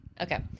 Okay